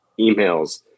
emails